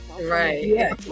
right